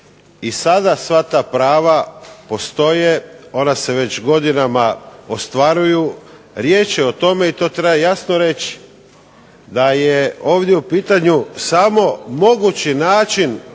I sada sva ta prava postoje, ona se već godinama ostvaruju, riječ je o tome, i to treba jasno reći da je ovdje u pitanju samo mogući način